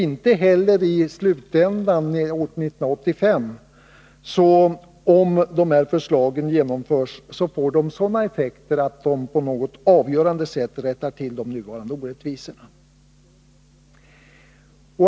Inte heller i slutändan, år 1985, synes förslagen — om de genomförs — få sådana effekter att de på något avgörande sätt rättar till nuvarande orättvisor.